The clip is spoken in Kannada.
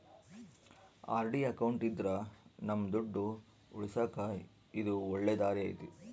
ಆರ್.ಡಿ ಅಕೌಂಟ್ ಇದ್ರ ನಮ್ ದುಡ್ಡು ಉಳಿಸಕ ಇದು ಒಳ್ಳೆ ದಾರಿ ಐತಿ